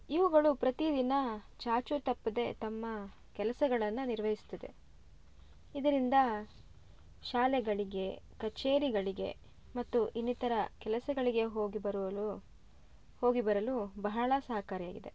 ಇವುಗಳು ಪ್ರತಿ ದಿನ ಚಾಚೂ ತಪ್ಪದೇ ತಮ್ಮ ಕೆಲಸಗಳನ್ನ ನಿರ್ವಹಿಸ್ತದೆ ಇದರಿಂದ ಶಾಲೆಗಳಿಗೆ ಕಚೇರಿಗಳಿಗೆ ಮತ್ತು ಇನ್ನಿತರ ಕೆಲಸಗಳಿಗೆ ಹೋಗಿ ಬರುವಲು ಹೋಗಿ ಬರಲು ಬಹಳ ಸಹಕಾರಿಯಾಗಿದೆ